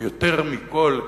ויותר מכול,